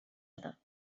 other